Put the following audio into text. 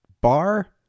bar